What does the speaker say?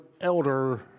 elder